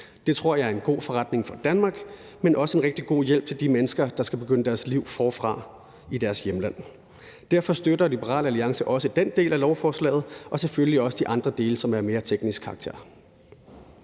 Det tror jeg er en god forretning for Danmark, men også en rigtig god hjælp til de mennesker, der skal begynde deres liv forfra i deres hjemland. Derfor støtter Liberal Alliance også den del af lovforslaget og selvfølgelig også de andre dele, som er af en mere teknisk karakter.